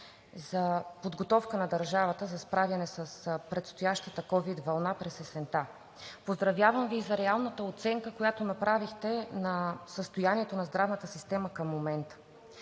за подготовка на държавата за справяне с предстоящата ковид вълна през есента, поздравявам Ви и за реалната оценка, която направихте на състоянието на здравната система към момента.